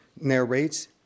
narrates